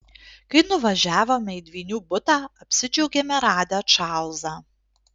kai nuvažiavome į dvynių butą apsidžiaugėme radę čarlzą